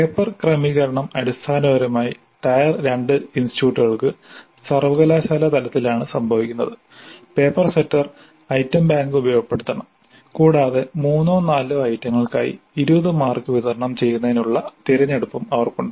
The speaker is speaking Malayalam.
പേപ്പർ ക്രമീകരണം അടിസ്ഥാനപരമായി ടയർ 2 ഇൻസ്റ്റിറ്റ്യൂട്ടുകൾക്ക് സർവകലാശാലാ തലത്തിലാണ് സംഭവിക്കുന്നത് പേപ്പർ സെറ്റർ ഐറ്റം ബാങ്ക് ഉപയോഗപ്പെടുത്തണം കൂടാതെ മൂന്നോ നാലോ ഐറ്റങ്ങൾക്കായി 20 മാർക്ക് വിതരണം ചെയ്യുന്നതിനുള്ള തിരഞ്ഞെടുപ്പും അവർക്കുണ്ട്